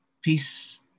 peace